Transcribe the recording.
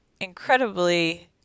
incredibly